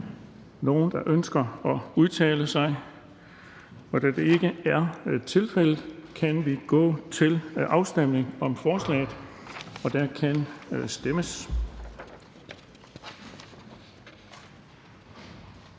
nogen, der ønsker at udtale sig? Da det ikke er tilfældet, kan vi gå til afstemning om forslaget. Kl. 13:06 Afstemning